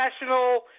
National